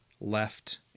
left